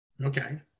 Okay